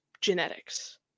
genetics